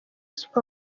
sports